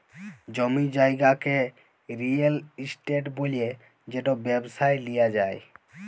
জমি জায়গাকে real estate ব্যলে যেট ব্যবসায় লিয়া যায়